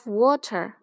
water